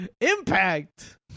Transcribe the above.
impact